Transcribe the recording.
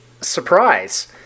surprise